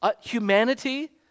humanity